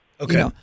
Okay